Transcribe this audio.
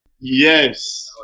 yes